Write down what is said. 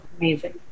Amazing